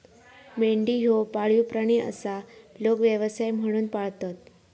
मेंढी ह्यो पाळीव प्राणी आसा, लोक व्यवसाय म्हणून पाळतत